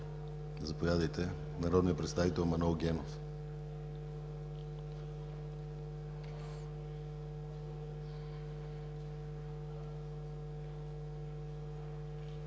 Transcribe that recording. Заповядайте – народният представител Манол Генов.